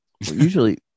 Usually